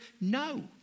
No